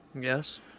Yes